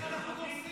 איך אנחנו דורסים?